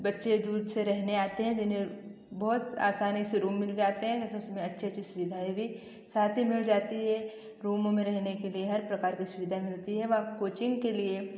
बच्चे दूर से रहने आते हैं जिन्हें बहुत आसानी से रूम मिल जाते हैं जैसे उसमें अच्छी अच्छी सुविधाएँ भी साथ ही मिल जाती है रूम में रहने के लिए हर प्रकार की सुविधाएँ मिलती है व कोचिंग के लिए